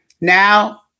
Now